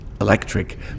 electric